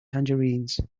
tangerines